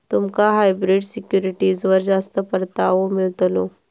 तुमका हायब्रिड सिक्युरिटीजवर जास्त परतावो मिळतलो